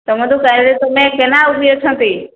ତମଠୁ ତମେ ଏକା ନା ଆଉ କିଏ ଅଛନ୍ତି